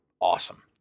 awesome